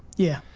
yeah.